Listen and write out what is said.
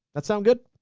that sound good?